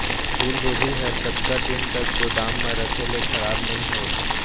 फूलगोभी हर कतका दिन तक गोदाम म रखे ले खराब नई होय?